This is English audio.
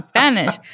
Spanish